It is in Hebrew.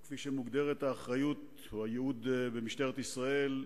או כפי שמוגדרת האחריות או הייעוד במשטרת ישראל: